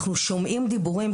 אנחנו שומעים דיבורים,